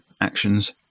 actions